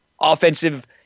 offensive